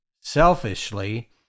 selfishly